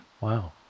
Wow